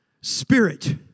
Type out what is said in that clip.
spirit